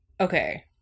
Okay